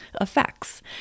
effects